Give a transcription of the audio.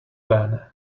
van